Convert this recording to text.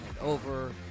over